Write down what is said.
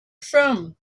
from